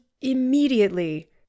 immediately